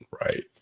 right